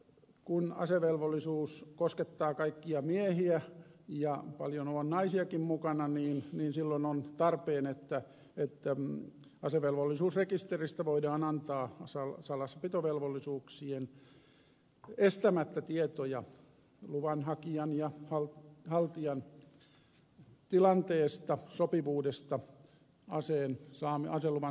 kun asevelvollisuus koskettaa kaikkia miehiä ja paljon on naisiakin mukana niin silloin on tarpeen että asevelvollisuusrekisteristä voidaan antaa salassapitovelvollisuuksien estämättä tietoja luvan hakijan ja haltijan tilanteesta sopivuudesta aseluvan saamiseen